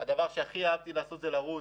הדבר שהכי אהבתי לעשות זה לרוץ,